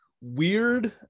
weird